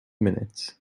minutes